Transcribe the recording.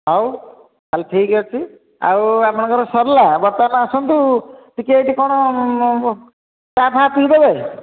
ହେଉ ତା'ହେଲେ ଠିକ୍ ଅଛି ଆଉ ଆପଣଙ୍କର ସରିଲା ବର୍ତ୍ତମାନ ଆସନ୍ତୁ ଟିକିଏ ଏଠି କ'ଣ ଚା' ଫା ପିଇଦେବେ